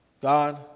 God